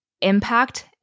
impact